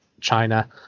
china